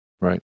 right